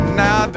now